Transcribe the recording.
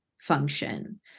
function